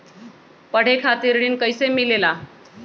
पढे खातीर ऋण कईसे मिले ला?